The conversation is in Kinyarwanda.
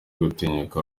gutinyuka